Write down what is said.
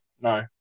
No